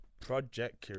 Project